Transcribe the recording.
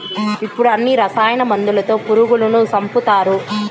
ఇప్పుడు అన్ని రసాయన మందులతో పురుగులను సంపుతారు